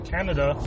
Canada